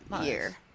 year